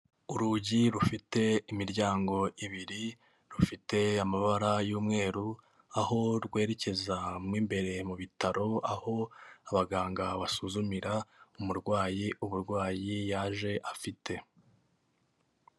Urugi rufite imiryango ibiri, rufite amabara y'umweru aho rwerekeza mo imbere mu bitaro, aho abaganga basuzumira umurwayi uburwayi yaje afite.